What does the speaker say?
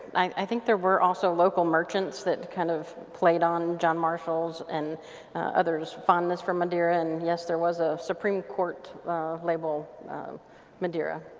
i think there were also local merchants that kind of played on john marshall's and others fondness for madeira and yes there was a supreme court label madeira.